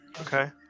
Okay